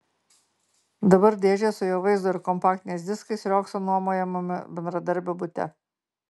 dabar dėžės su jo vaizdo ir kompaktiniais diskais riogso nuomojamame bendradarbio bute